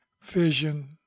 vision